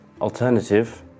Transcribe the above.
alternative